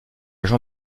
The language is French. jean